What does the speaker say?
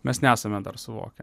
mes nesame dar suvokę